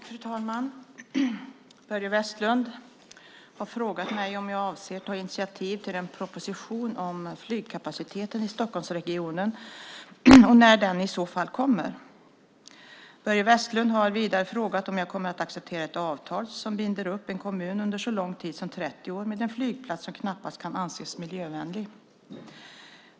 Fru talman! Börje Vestlund har frågat mig om jag avser att ta initiativ till en proposition om flygkapaciteten i Stockholmsregionen och när den i så fall kommer. Björn Vestlund har vidare frågat om jag kommer att acceptera ett avtal som binder upp en kommun under så lång tid som 30 år med en flygplats som knappast kan anses miljövänlig.